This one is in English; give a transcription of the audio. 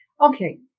Okay